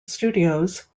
studios